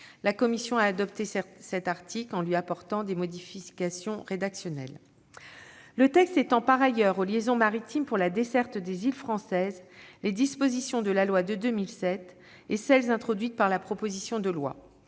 La commission a adopté cet article en lui apportant des modifications rédactionnelles. Le texte étend par ailleurs aux liaisons maritimes de desserte des îles françaises les dispositions de la loi de 2007 et celles introduites par la proposition de loi.